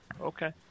Okay